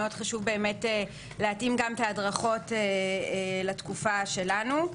חשוב מאוד להתאים גם את ההדרכות לתקופה שלנו.